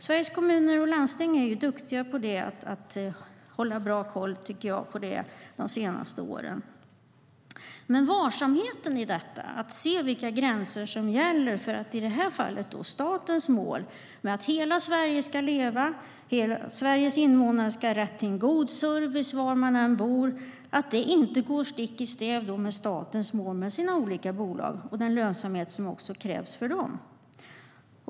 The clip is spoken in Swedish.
Sveriges Kommuner och Landsting har varit duktiga på att hålla koll på detta de senaste åren. Varsamheten i detta är att se vilka gränser som gäller för att i det här fallet se till statens mål, att hela Sverige ska leva och att Sveriges invånare ska ha rätt till en god service var man än bor. Det ska inte gå stick i stäv med statens mål med sina olika bolag och den lönsamhet som också krävs för dem.